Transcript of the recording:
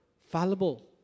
fallible